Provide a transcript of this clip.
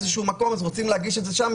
אז רוצים להגיש את זה שם,